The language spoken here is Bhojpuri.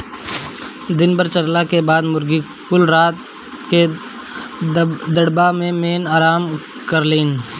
दिन भर चरला के बाद मुर्गी कुल रात क दड़बा मेन आराम करेलिन